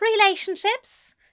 Relationships